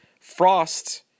Frost